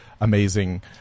amazing